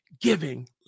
giving